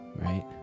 right